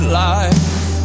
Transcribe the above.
life